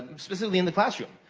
specifically in the classroom.